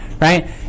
right